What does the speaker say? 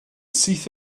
syth